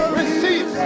receive